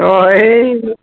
অঁ এই